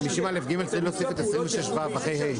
ב50א(ג) צריך להוסיף את 26ו, אחרי ה'.